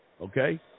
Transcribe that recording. okay